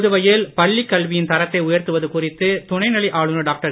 புதுவையில் பள்ளிக்கல்வியின் தரத்தை உயர்த்துவது குறித்து துணைநிலை ஆளுனர் டாக்டர்